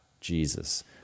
Jesus